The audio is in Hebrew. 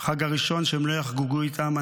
חג ראשון שהם לא יחגגו איתם.